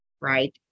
right